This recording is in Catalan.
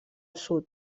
sud